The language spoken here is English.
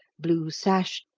blue sash,